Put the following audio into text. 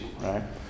right